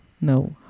no